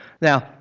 Now